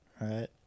right